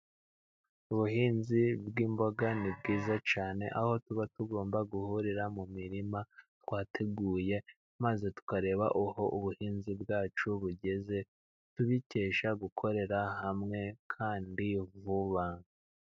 Ubuhinzi bw'imboga ni bwiza cyane， aho tuba tugomba guhurira mu mirima twateguye， maze tukareba aho ubuhinzi bwacu bugeze， tubikesha gukorera hamwe kandi vuba.